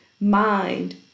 mind